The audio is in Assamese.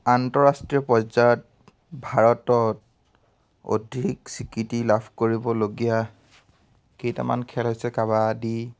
আন্তঃৰাষ্ট্ৰীয় পৰ্যায়ত ভাৰতত অধিক স্বীকৃতি লাভ কৰিবলগীয়া কেইটামান খেল হৈছে কাবাডী